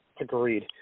Agreed